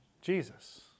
Jesus